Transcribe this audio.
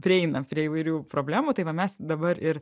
prieina prie įvairių problemų tai va mes dabar ir